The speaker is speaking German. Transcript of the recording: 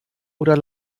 oder